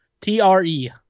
T-R-E